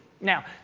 Now